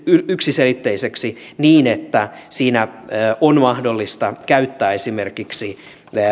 yksiselitteiseksi niin että siinä on mahdollista käyttää esimerkiksi